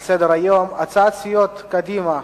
אנחנו עוברים לסעיף ראשון על סדר-היום: הצעת סיעות קדימה,